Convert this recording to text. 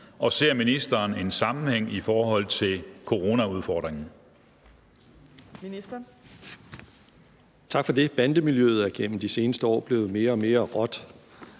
og ser ministeren en sammenhæng i forhold til coronaudfordringen?